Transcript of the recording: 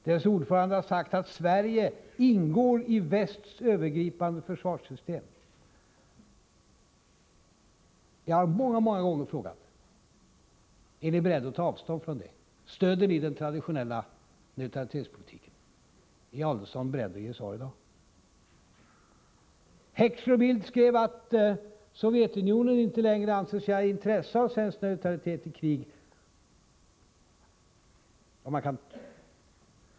Dess ordförande har sagt att Sverige ingår i västs övergripande försvarssystem. Jag har otaliga gånger frågat: Är ni beredda att ta avstånd från detta? Stöder ni den traditionella neutralitetspolitiken? Är Adelsohn beredd att ge svar i dag? Heckscher och Bildt skrev att Sovjetunionen inte längre anser sig ha intresse av svensk neutralitet i krig.